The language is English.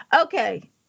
okay